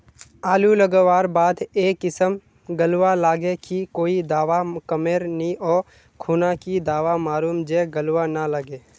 आलू लगवार बात ए किसम गलवा लागे की कोई दावा कमेर नि ओ खुना की दावा मारूम जे गलवा ना लागे?